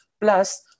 plus